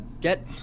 get